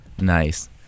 Nice